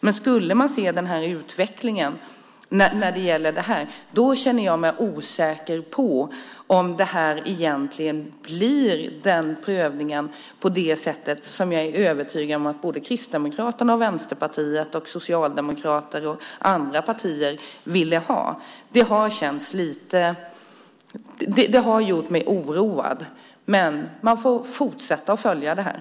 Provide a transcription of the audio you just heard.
Men om det skulle bli en sådan utveckling i fråga om detta känner jag mig osäker på om det blir en prövning på det sätt som jag är övertygad om att Kristdemokraterna, Vänsterpartiet, Socialdemokraterna och andra partier ville ha. Det har gjort mig oroad. Men vi får fortsätta att följa detta.